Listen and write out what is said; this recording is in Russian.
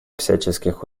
всяческих